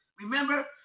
remember